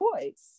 choice